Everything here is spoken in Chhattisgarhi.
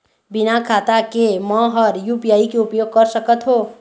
बिना खाता के म हर यू.पी.आई के उपयोग कर सकत हो?